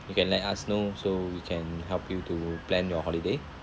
you can let us know so we can help you to plan your holiday